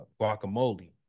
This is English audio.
guacamole